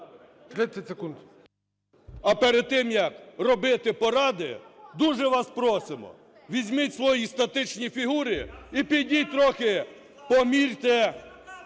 А перед тим, як робити поради, дуже вас просимо: візьміть свої статичні фігури і підіть трохи помірте,